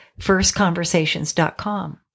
firstconversations.com